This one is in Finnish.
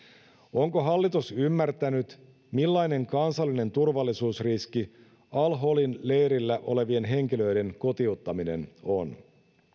onko hallitus ymmärtänyt millainen kansallinen turvallisuusriski al holin leirillä olevien henkilöiden kotiuttaminen on